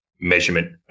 measurement